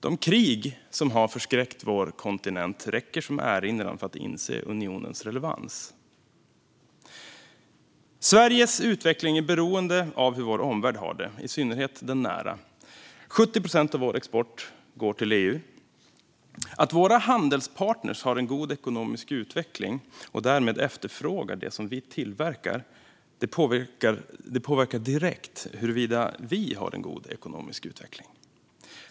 De krig som har förskräckt vår kontinent räcker som erinran för att inse unionens relevans. Utvecklingen för oss i Sverige är beroende av hur vår omvärld har det - i synnerhet den nära omvärlden. Det är 70 procent av vår export som går till EU. Att våra handelspartner har en god ekonomisk utveckling och därmed efterfrågar det som vi tillverkar påverkar direkt huruvida vi har en god ekonomisk utveckling.